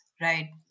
right